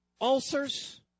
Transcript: ulcers